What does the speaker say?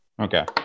Okay